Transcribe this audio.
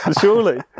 surely